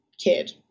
kid